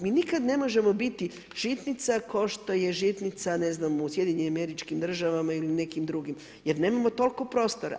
Mi nikada ne možemo biti žitnica, kao što je žitnica ne znam u SAD ili u nekim drugim, jer nemamo toliko prostora.